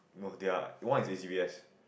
not their one is H_C_B_S